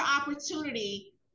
opportunity